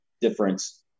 difference